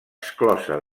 exclosa